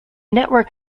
network